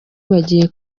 bagiye